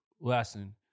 lesson